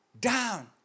down